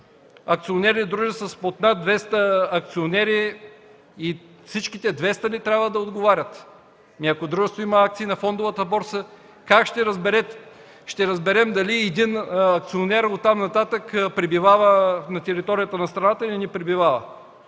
акционерни дружества с по над 200 акционери. Всичките 200 ли трябва да отговарят? Ами ако дружеството има акции на фондовата борса? Как ще разберем дали един акционер оттам нататък пребивава на територията на страната или не пребивава.